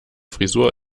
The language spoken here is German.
frisur